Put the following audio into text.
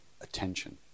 attention